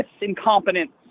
incompetence